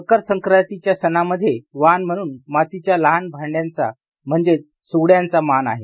मकरसंक्रांतीच्या सणामध्ये वाण म्हणून मातीच्या लहान भाड्याचा म्हणजेच स्गड्यांचा मान आहे